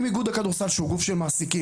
אם איגוד הכדורסל שהוא גוף של מעסיקים,